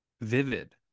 vivid